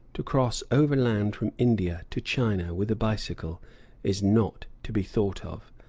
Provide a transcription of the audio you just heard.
to cross overland from india to china with a bicycle is not to be thought of.